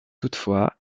toutefois